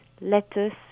lettuce